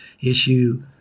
issue